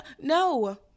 No